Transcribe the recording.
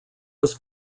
was